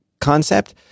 concept